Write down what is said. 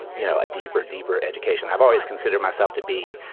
you know, a deeper, deeper education. i've always considered myself to be,